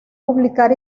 publicar